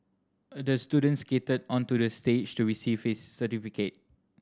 the student skated onto the stage to receive his certificate